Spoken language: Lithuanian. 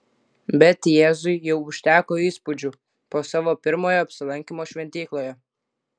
bet jėzui jau užteko įspūdžių po savo pirmojo apsilankymo šventykloje